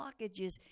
blockages